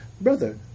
Brother